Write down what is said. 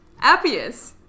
Appius